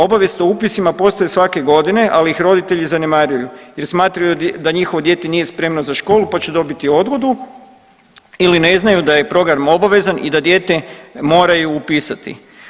Obavijest o upisima postoje svake godine, ali ih roditelji zanemaruju jer smatraju da njihovo dijete nije spremno za školu pa će dobiti odgodu ili ne znaju da je program obavezan i da dijete moraju upisati.